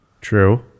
True